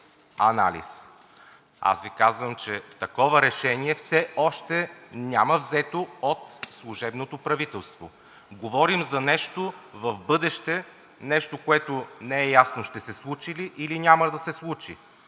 Аз Ви казвам, че такова решение все още няма взето от служебното правителство. Говорим за нещо в бъдеще, нещо, което не е ясно ще се случи ли, или няма да се случи.